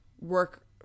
Work